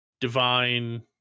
divine